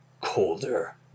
colder